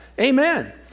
Amen